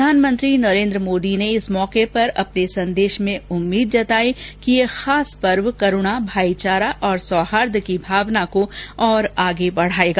प्रधानमंत्री नरेन्द्र मोदी इस मोके पर अपने संदेश में उम्मीद जतायी है कि यह खास पर्व करूणा भाईचारा और सौहार्द की भावना को और आगे बढाएगा